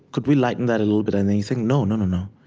could we lighten that a little bit? and then you think, no no, no, no.